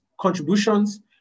contributions